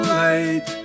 light